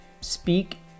Speak